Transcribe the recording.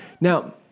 Now